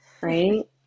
right